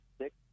six